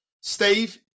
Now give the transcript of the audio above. Steve